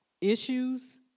Issues